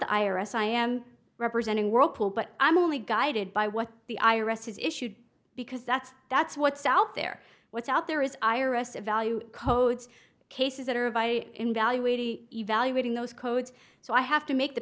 the i r s i am representing whirlpool but i'm only guided by what the i r s has issued because that's that's what's out there what's out there is i r s a value codes cases that are by in value eighty evaluating those codes so i have to make the